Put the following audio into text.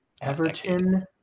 Everton